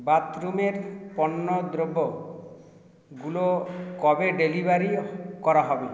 বাথরুমের পণ্যদ্রব্যগুলো কবে ডেলিভারি করা হবে